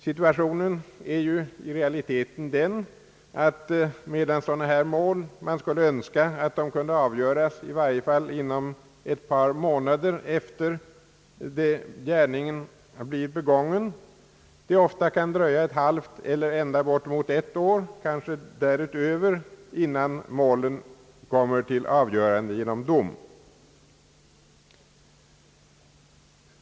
Medan man skulle önska att sådana här mål kunde avgöras i varje fall inom ett par månader efter det att gärningen har blivit begången, är ju situationen i realiteten ofta den, att det kan dröja ett halvt eller ända bortemot ett helt år, kanske mer, innan målet kommer till avgörande genom dom.